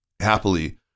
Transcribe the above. Happily